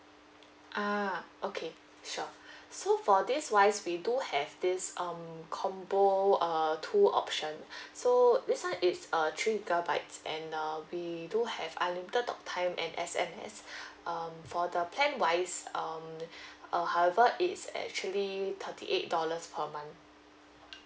ah okay sure so for this wise we do have this um combo err two option so this [one] is uh three gigabytes and uh we do have unlimited talk time and S_M_S um for the plan wise um uh however it's actually thirty eight dollars per month